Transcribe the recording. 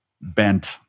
bent